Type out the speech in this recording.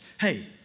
Hey